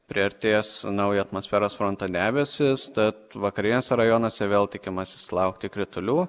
priartės naujo atmosferos fronto debesys tad vakariniuose rajonuose vėl tikimasi sulaukti kritulių